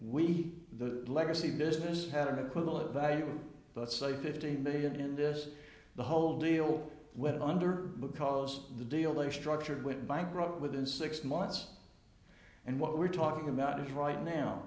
we the legacy business had an equivalent value but say fifteen million in this the whole deal went under because the deal they structured went bankrupt within six months and what we're talking about is right now